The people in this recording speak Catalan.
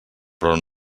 però